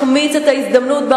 הכפלנו את הכמות,